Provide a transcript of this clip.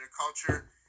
culture